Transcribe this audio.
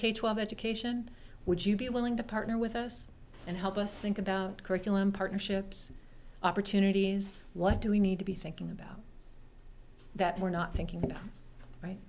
twelve education would you be willing to partner with us and help us think about curriculum partnerships opportunities what do we need to be thinking about that we're not thinking